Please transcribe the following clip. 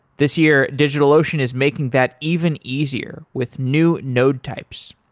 this year, digitalocean is making that even easier with new node types.